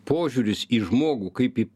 požiūris į žmogų kaip į